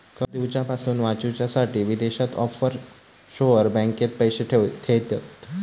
कर दिवच्यापासून वाचूच्यासाठी विदेशात ऑफशोअर बँकेत पैशे ठेयतत